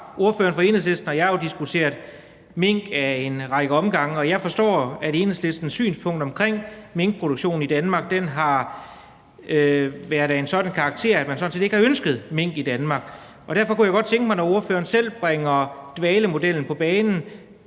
ordføreren fra Enhedslisten og jeg jo diskuteret mink ad en række omgange, og jeg forstår, at Enhedslistens synspunkt omkring minkproduktionen i Danmark har været af en sådan karakter, at man sådan set ikke har ønsket mink i Danmark. Derfor kunne jeg godt tænke mig, når ordføreren selv bringer dvalemodellen på bane,